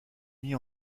mis